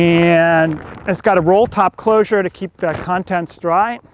and it's got a roll top closure to keep the contents dry.